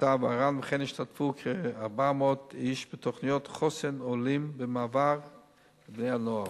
וכן השתתפו כ-400 איש בתוכניות חוסן עולים במעבר ובני-נוער.